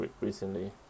recently